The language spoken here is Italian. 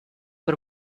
per